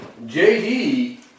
JD